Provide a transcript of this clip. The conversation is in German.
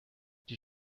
die